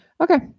okay